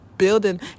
building